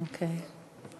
אוקיי.